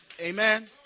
Amen